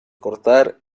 cortar